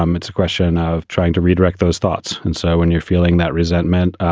um it's a question of trying to redirect those thoughts. and so when you're feeling that resentment.